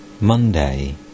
Monday